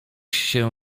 się